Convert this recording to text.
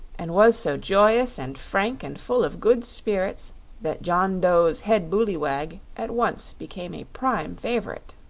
and was so joyous and frank and full of good spirits that john dough's head booleywag at once became a prime favorite.